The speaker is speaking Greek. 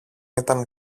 ήταν